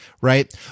right